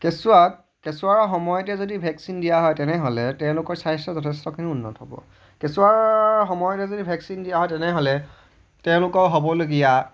কেঁচুৱাক কেঁচুৱাৰ সময়তে যদি ভেকচিন দিয়া হয় তেনেহ'লে তেওঁলোকৰ স্বাস্থ্য যথেষ্টখিনি উন্নত হ'ব কেঁচুৱাৰ সময়তে যদি ভেকচিন দিয়া হয় তেনেহ'লে তেওঁলোকৰ হ'বলগীয়া